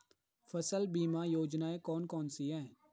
फसल बीमा योजनाएँ कौन कौनसी हैं?